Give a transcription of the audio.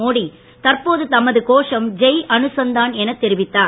மோடி தற்போது நமது கோஷம் ஜெய் அனுசந்தான் எனத் தெரிவித்தார்